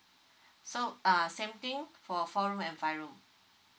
so uh same thing for four room and five room